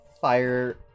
fire